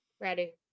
Ready